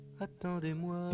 Attendez-moi